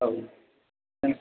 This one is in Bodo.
औ